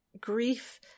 grief